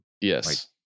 yes